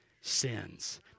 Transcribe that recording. sins